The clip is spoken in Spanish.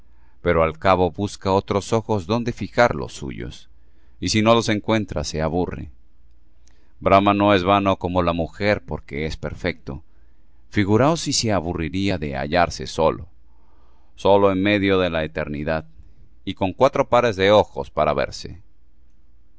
pero al cabo busca otros ojos donde fijar los suyos y si no los encuentra se aburre brahma no es vano como la mujer porque es perfecto figuróos si se aburriría de hallarse solo solo en medio de la eternidad y con cuatro pares de ojos para verse